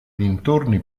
dintorni